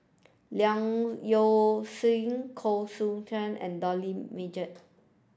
Leong Koh Seow Chuan and Dollah Majid